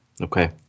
Okay